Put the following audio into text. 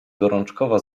gorączkowo